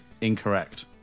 Incorrect